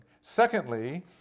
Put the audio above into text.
Secondly